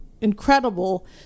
incredible